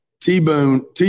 T-Boone